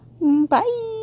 Bye